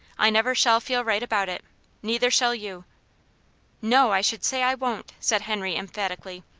i never shall feel right about it neither shall you no, i should say i won't! said henry emphatically.